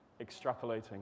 extrapolating